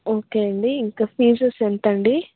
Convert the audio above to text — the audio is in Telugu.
ఓకే అండీ ఇంకా ఫీజెస్ ఎంతండీ